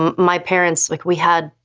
um my parents like we had,